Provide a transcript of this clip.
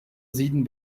sieden